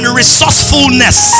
resourcefulness